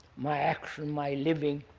my action, my living,